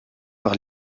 par